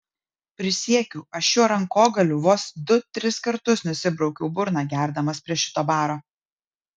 prisiekiu aš šiuo rankogaliu vos du tris kartus nusibraukiau burną gerdamas prie šito baro